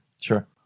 Sure